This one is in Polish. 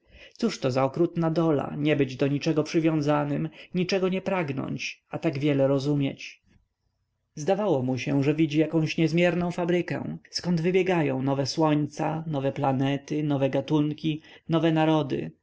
igraszką cóżto za okrutna dola nie być do niczego przywiązanym niczego nie pragnąć a tak wiele rozumieć zdawało mu się że widzi jakąś niezmierną fabrykę zkąd wybiegają nowe słońca nowe planety nowe gatunki nowe narody